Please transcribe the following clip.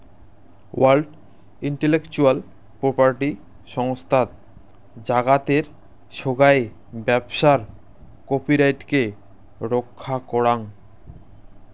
world Intellectual Property সংস্থাত জাগাতের সোগাই ব্যবসার কপিরাইটকে রক্ষা করাং